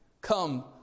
come